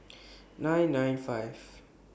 nine nine five